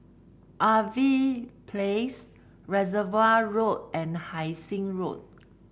Irving Place Reservoir Road and Hai Sing Road